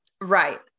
Right